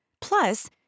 Plus